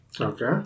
Okay